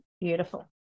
beautiful